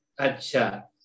Acha